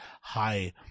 high